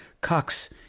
Cox